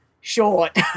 short